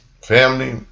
Family